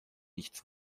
nichts